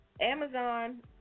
Amazon